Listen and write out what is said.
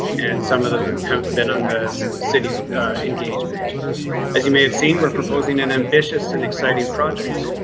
and some of them have been on the cities engage page as you may have seen, were proposing an ambitious and exciting project.